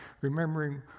remembering